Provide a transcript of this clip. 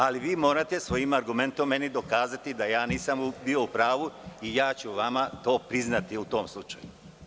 Ali, vi morate svojim argumentom meni dokazati da ja nisam bio u pravu i ja ću vama to priznati u tom slučaju.